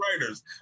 writers